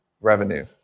revenue